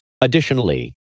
Additionally